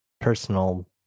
personal